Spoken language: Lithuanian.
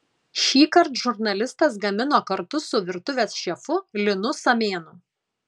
šįkart žurnalistas gamino kartu su virtuvės šefu linu samėnu